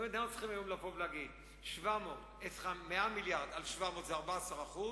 אנחנו הסכמנו על זה, אבל בתנאי שזה יהיה, עד מתי?